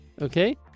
Okay